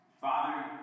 Father